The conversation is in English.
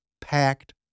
packed